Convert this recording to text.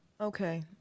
Okay